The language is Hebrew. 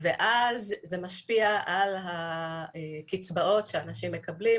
ואז זה משפיע על הקצבאות שאנשים מקבלים,